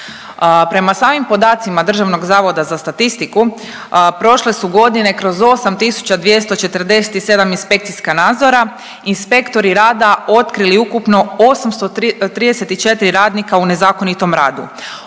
Prema samim podacima Državnog zavoda za statistiku prošle su godine kroz 8.247 inspekcijska nadzora inspektori rada otkrili ukupno 834 radnika u nezakonitom radu